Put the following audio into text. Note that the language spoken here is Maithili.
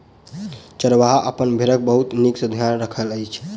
चरवाहा अपन भेड़क बहुत नीक सॅ ध्यान रखैत अछि